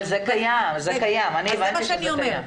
אבל אני הבנתי שזה קיים.